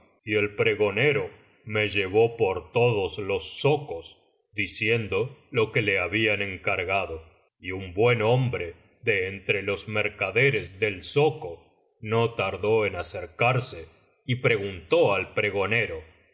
y el pregonero me llevó por todos los zocos diciendo lo que le habían encargado y un buen hombre de entre los mercaderes del zoco no tardó en acercarse y preguntó al pregonero y